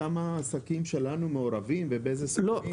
כמה עסקים שלנו מעורבים ובאיזה --- לא,